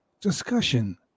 discussion